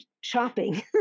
shopping